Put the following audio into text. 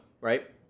right